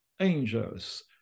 angels